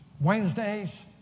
Wednesdays